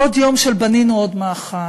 עוד יום של "בנינו עוד מאחז",